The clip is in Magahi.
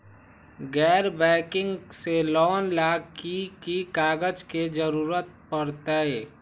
गैर बैंकिंग से लोन ला की की कागज के जरूरत पड़तै?